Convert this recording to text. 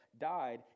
died